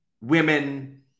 women